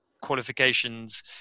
qualifications